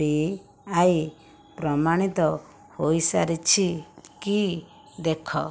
ବି I ପ୍ରମାଣିତ ହୋଇସାରିଛି କି ଦେଖ